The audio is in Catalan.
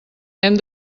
hem